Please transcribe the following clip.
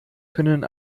können